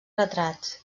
retrats